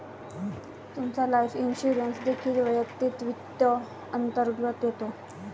तुमचा life insurance देखील वैयक्तिक वित्त अंतर्गत येतो